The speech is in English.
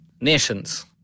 nations